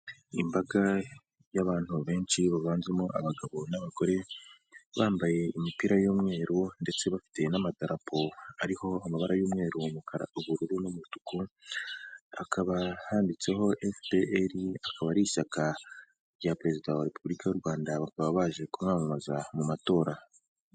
Imbaga y'abantu benshi, baganjemo abagabo, n'abagore, bambaye imipira y'umweru, ndetse bafite n'amadarapo ariho amabara y'umweru, umukara, ubururu, n'umutuku, hakaba handitseho FPR, akaba ari ishyaka rya perezida wa Repubulika y'u Rwanda, bakaba baje ku mwamamaza mu matora.